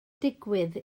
digwydd